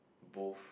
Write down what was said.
both